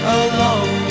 alone